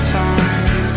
time